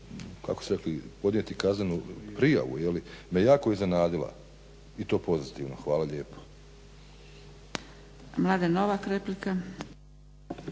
kako ste rekli podnijeti kaznenu prijavu me jako iznenadila i to pozitivno. Hvala lijepo. **Zgrebec, Dragica